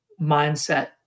mindset